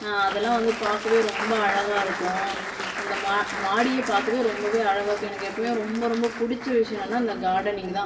அதெல்லாம் வந்து பார்க்கவே ரொம்ப அழகாகருக்கும் அந்த மா மாடியை பார்க்கவே ரொம்பவே அழகாகருக்கும் எனக்கு எப்பவுமே ரொம்ப ரொம்ப பிடிச்ச விஷயம் என்னென்னால் இந்த கார்டனிங் தான்